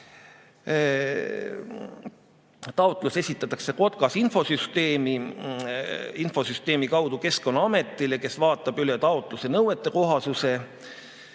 Taotlus esitatakse KOTKAS-e infosüsteemi kaudu Keskkonnaametile, kes vaatab üle taotluse nõuetekohasuse.